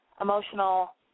emotional